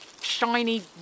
shiny